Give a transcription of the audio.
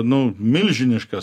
nu milžiniškas